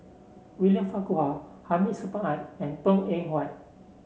William Farquhar Hamid Supaat and Png Eng Huat